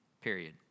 period